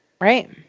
Right